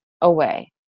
away